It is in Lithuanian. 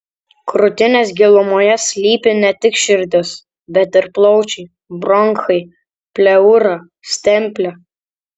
krūtinės gilumoje slypi ne tik širdis bet ir plaučiai bronchai pleura stemplė